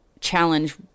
challenge